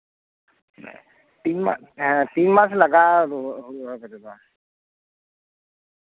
ᱛᱤᱱ ᱢᱟᱥ ᱛᱤᱱ ᱢᱟᱥ ᱞᱟᱜᱟᱜᱼᱟ ᱦᱩᱲᱩ ᱨᱚᱦᱚᱭ ᱠᱟᱛᱮ ᱫᱚ